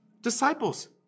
disciples